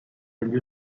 degli